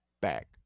back